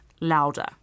louder